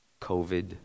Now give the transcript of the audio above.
COVID